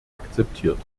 akzeptiert